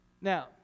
Now